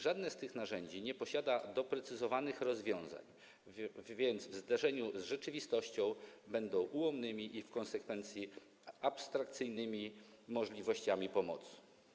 Żadne z tych narzędzi nie ma doprecyzowanych rozwiązań, więc w zderzeniu z rzeczywistością będą ułomnymi i w konsekwencji abstrakcyjnymi możliwościami pomocy.